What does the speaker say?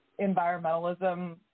environmentalism